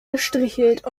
gestrichelt